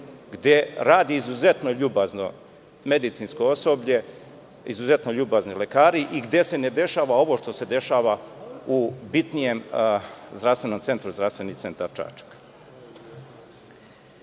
gde radi izuzetno ljubazno medicinsko osoblje, izuzetno ljubazni lekari i gde se dešava ovo što se dešava u bitnijem zdravstvenom centru Zdravstvenog centra